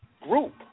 group